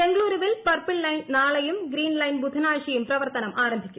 ബെംഗളൂരുവിൽ purple line നാളെയും green line ബുധനാഴ്ചയും പ്രവർത്തനം ആരംഭിക്കും